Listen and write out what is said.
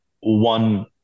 one